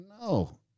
no